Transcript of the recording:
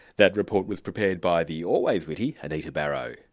that report was prepared by the always witty anita barraud.